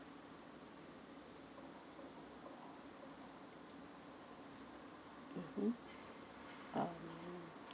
mmhmm um